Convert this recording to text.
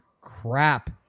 crap